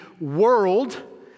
world